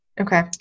Okay